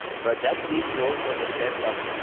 but that leads to, also, the sense of